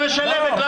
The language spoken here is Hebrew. משלמת.